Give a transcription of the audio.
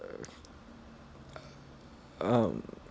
um